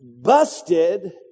busted